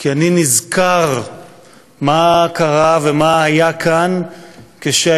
כי אני נזכר מה קרה ומה היה כאן כשהייתה